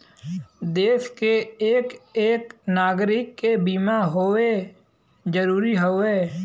देस के एक एक नागरीक के बीमा होए जरूरी हउवे